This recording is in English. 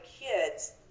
kids